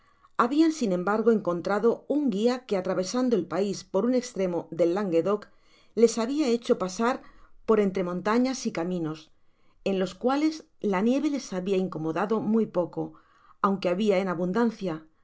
habian sin embargo encontrado un guia que atravesando el pais por un estremo del languedoc les habia hecho pasar por entre montañas y caminos en ios cuales la nieve les habia incomodado muy poco aunque habia en abundancia